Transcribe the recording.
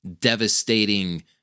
devastating